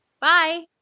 Bye